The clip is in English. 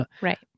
Right